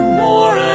more